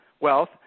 wealth